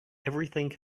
everything